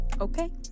okay